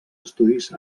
estudis